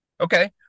Okay